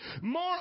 more